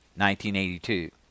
1982